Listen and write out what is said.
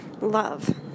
love